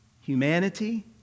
humanity